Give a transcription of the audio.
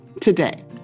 today